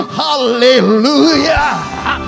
hallelujah